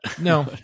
no